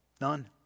None